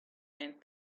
and